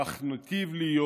כך ניטיב להיות